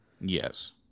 Yes